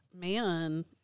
man